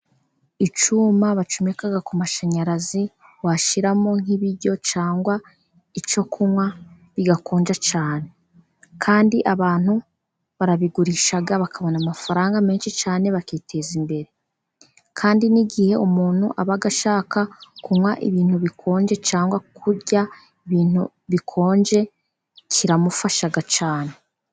Icyuma bacomeka ku mashanyarazi, washyiramo nk'ibiryo cangwa icyo kunywa, bigakonja cyane. Kandi abantu barabigurisha bakabona amafaranga menshi cyane bakiteza imbere, kandi n'igihe umuntu ashaka kunywa ibintu bikonje cyangwa kurya ibintu bikonje kiramufasha cyane.